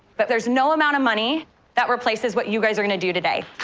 but there's no amount of money that replaces what you guys are gonna do today.